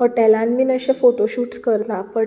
हॉटेलांत बी अशे फोटोशूट्स करतात